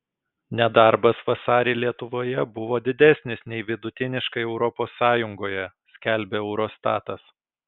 nedarbas vasarį lietuvoje buvo didesnis nei vidutiniškai europos sąjungoje skelbia eurostatas